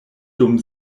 dum